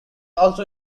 also